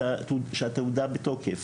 ושהתעודה בתוקף.